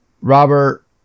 Robert